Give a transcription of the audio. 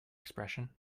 expression